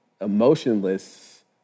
emotionless